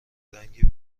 رنگی